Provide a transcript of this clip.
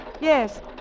Yes